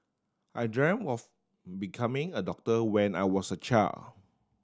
I dreamt of becoming a doctor when I was a child